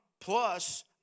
plus